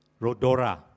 Rodora